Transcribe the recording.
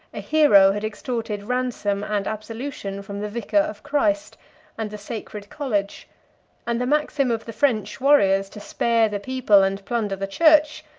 a hero had extorted ransom and absolution from the vicar of christ and the sacred college and the maxim of the french warriors, to spare the people and plunder the church,